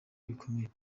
bikomeye